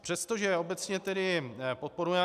Přestože obecně tedy podporujeme...